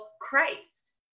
christ